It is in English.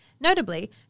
Notably